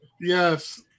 yes